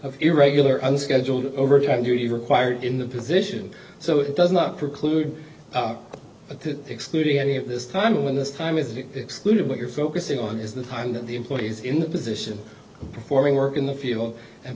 of irregular unscheduled overtime duty required in the position so it does not preclude but that excluding any at this time when this time is excluded what you're focusing on is the time that the employees in the position performing work in the field and